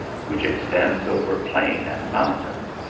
which extends over plain and mountain,